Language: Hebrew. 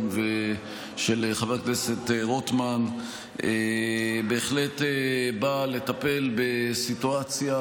ושל חבר הכנסת רוטמן בהחלט באה לטפל בסיטואציה,